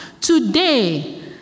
Today